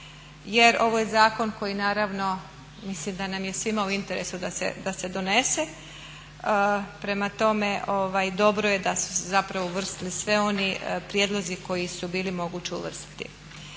jer ovo je zakon koji naravno mislim da nam je svima u interesu da se donese. Prema tome, dobro je da su se zapravo uvrstili svi oni prijedlozi koji su bili moguće uvrstiti.